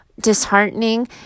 disheartening